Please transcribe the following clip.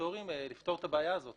רגולטוריים לפתור את הבעיה הזאת